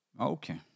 Okay